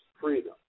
freedom